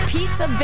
Pizza